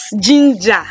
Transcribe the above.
ginger